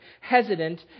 hesitant